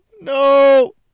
no